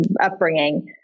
upbringing